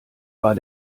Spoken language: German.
war